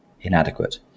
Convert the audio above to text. inadequate